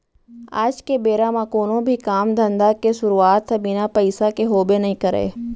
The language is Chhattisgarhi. आज के बेरा म कोनो भी काम धंधा के सुरूवात ह बिना पइसा के होबे नइ करय